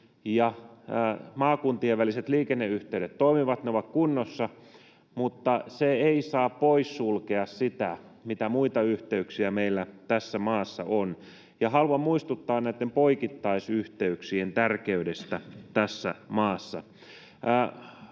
maakuntien väliset liikenneyhteydet toimivat, ne ovat kunnossa, mutta se ei saa poissulkea sitä, mitä muita yhteyksiä meillä tässä maassa on. Ja haluan muistuttaa poikittaisyhteyksien tärkeydestä tässä maassa.